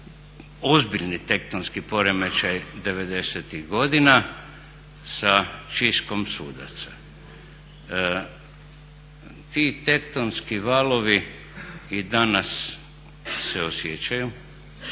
ozbiljni tektonski poremećaj devedesetih godina sa čistkom sudaca. Ti tektonski valovi i danas se osjećaju